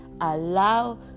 Allow